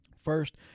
First